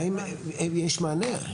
האם יש מענה?